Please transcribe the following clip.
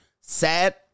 Sad